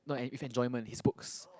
not if enjoyment his books